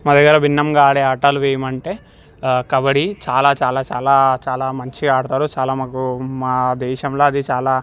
మా దేశంలో భిన్నంగా ఆడే ఆటలు ఏమంటే కబడ్డీ చాలా చాలా చాలా చాలా మంచిగా ఆడతారు చాలా మాకు మా దేశంలో అది చాలా